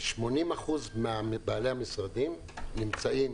80% מבעלי המשרדים נמצאים